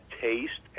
taste